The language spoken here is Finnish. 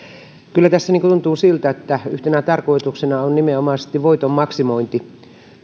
kyllä tässä tuntuu siltä että yhtenä tarkoituksena on nimenomaisesti voiton maksimointi